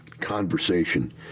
conversation